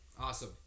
Awesome